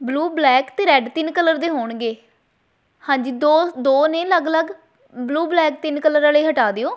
blue black ਅਤੇ red ਤਿੰਨ colour ਦੇ ਹੋਣਗੇ ਹਾਂਜੀ ਦੋ ਦੋ ਨੇ ਅਲੱਗ ਅਲੱਗ ਬਲੂ ਬਲੈਕ ਤਿੰਨ ਕਲਰ ਵਾਲੇ ਹਟਾ ਦਿਓ